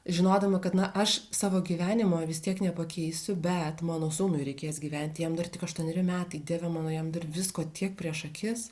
žinodama kad na aš savo gyvenimo vis tiek nepakeisiu bet mano sūnui reikės gyventi jam dar tik aštuoneri metai dieve mano jam dar visko tiek prieš akis